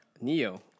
Neo